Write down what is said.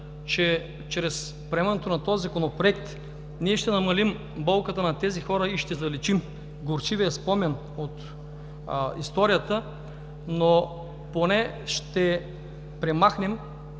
че чрез приемането на този Законопроект ще намалим болката на тези хора и ще заличим горчивия спомен от историята, но поне ще премахнем